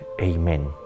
Amen